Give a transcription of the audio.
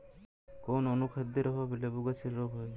কোন অনুখাদ্যের অভাবে লেবু গাছের রোগ হয়?